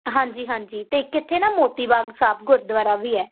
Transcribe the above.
ਹਾਂਜੀ ਹਾਂਜੀ ਅਤੇ ਇੱਕ ਇੱਥੇ ਨਾ ਮੋਤੀ ਬਾਗ ਸਾਹਿਬ ਗੁਰਦੁਆਰਾ ਵੀ ਹੈ